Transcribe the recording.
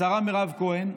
השרה מירב כהן,